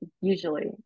usually